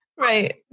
Right